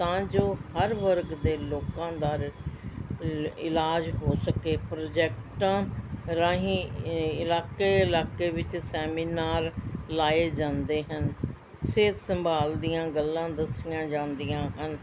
ਤਾਂ ਜੋ ਹਰ ਵਰਗ ਦੇ ਲੋਕਾਂ ਦਾ ਰ ਇਲ ਇਲਾਜ ਹੋ ਸਕੇ ਪ੍ਰੋਜੈਕਟਾਂ ਰਾਹੀਂ ਇਲਾਕੇ ਇਲਾਕੇ ਵਿੱਚ ਸੈਮੀਨਾਰ ਲਾਏ ਜਾਂਦੇ ਹਨ ਸਿਹਤ ਸੰਭਾਲ ਦੀਆਂ ਗੱਲਾਂ ਦੱਸੀਆਂ ਜਾਂਦੀਆਂ ਹਨ